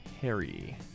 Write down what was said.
Harry